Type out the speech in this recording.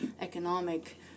economic